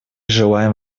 желаем